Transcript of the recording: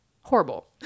horrible